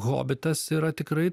hobitas yra tikrai